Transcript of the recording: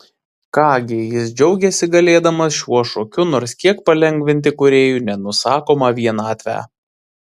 ką gi jis džiaugėsi galėdamas šiuo šokiu nors kiek palengvinti kūrėjui nenusakomą vienatvę